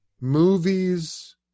movies